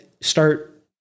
start